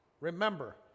remember